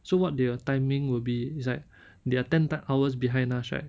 so their timing will be it's like they are ten hours behind us right